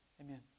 Amen